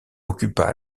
occupa